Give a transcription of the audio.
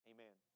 Amen